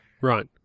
Right